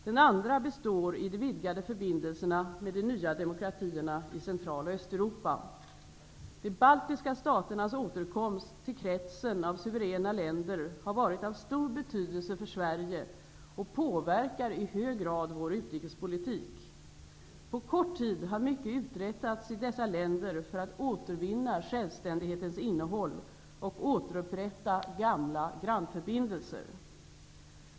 Den andra består i de vidgade förbindelserna med de nya demokratierna i De baltiska staternas återkomst till kretsen av suveräna länder har varit av stor betydelse för Sverige och påverkar i hög grad vår utrikespolitik. På kort tid har mycket uträttats i dessa länder för att återvinna självständighetens innehåll och återupprätta gamla grannförbindelser.